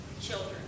children